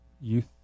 youth